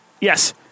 yes